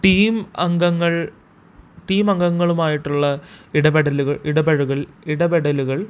team അംഗങ്ങൾ team അംഗങ്ങളുമായിട്ടുള്ള ഇടപെടലുകൾ ഇടപെഴുകൽ ഇടപെടലുകൾ